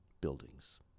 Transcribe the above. buildings